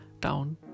down